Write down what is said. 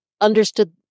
understood